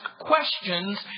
questions